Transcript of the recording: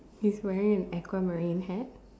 he's wearing an aquamarine hat